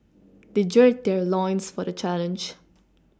they geode their loins for the challenge